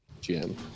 Jim